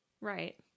Right